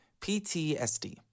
PTSD